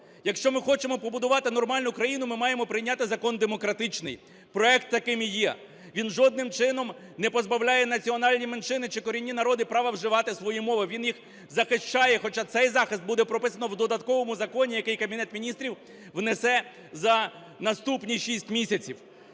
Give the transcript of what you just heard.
Якщо ми хочемо побудувати нормальну країну, ми маємо прийняти закон демократичний. Проект таким і є. Він жодним чином не позбавляє національні меншини чи корінні народи права вживати свої мови, він їх захищає, хоча цей захист буде прописано в додатковому законі, який Кабінет Міністрів внесе за наступні 6 місяців.